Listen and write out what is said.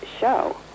show